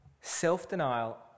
self-denial